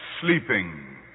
sleeping